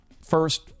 first